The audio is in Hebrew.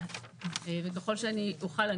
וככל שאני אוכל,